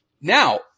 Now